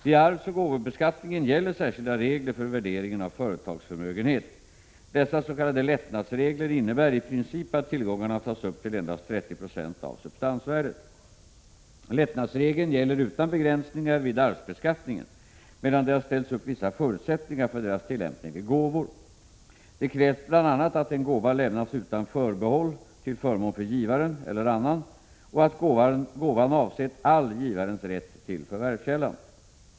Vid arvsoch gåvobeskattningen gäller särskilda regler för värderingen av företagsförmögenhet. Dessa s.k. lättnadsregler innebär i princip att tillgångarna tas upp till endast 30 96 av substansvärdet. Lättnadsreglerna gäller utan begränsningar vid arvsbeskattningen, medan det har ställts upp vissa förutsättningar för deras tillämpning vid gåvor. Det krävs bl.a. att en gåva lämnats utan förbehåll till förmån för givaren eller annan och att gåvan avsett all givarens rätt till förvärvskällan.